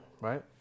right